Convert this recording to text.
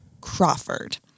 Crawford